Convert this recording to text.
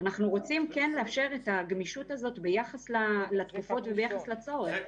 אנחנו רוצים כן לאפשר את הגמישות הזאת ביחס לתקופות וביחס לצורך.